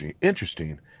interesting